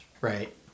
right